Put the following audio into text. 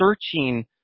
searching